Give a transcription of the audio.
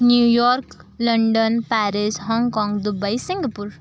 New York London Paris Hong Kong Dubai Singapore